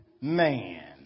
man